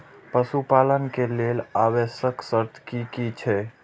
पशु पालन के लेल आवश्यक शर्त की की छै?